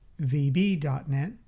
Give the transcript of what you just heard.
VB.NET